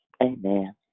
Amen